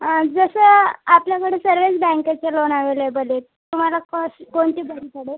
जसं आपल्याकडे सर्वच बँकेचे लोन अव्हेलेबल आहेत तुम्हाला क कोणती बरी पडेल